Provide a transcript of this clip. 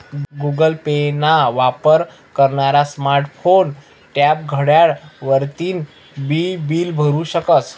Google Pay ना वापर करनारा स्मार्ट फोन, टॅब, घड्याळ वरतीन बी बील भरु शकस